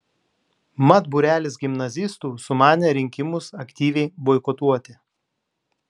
mat būrelis gimnazistų sumanė rinkimus aktyviai boikotuoti